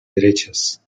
derechas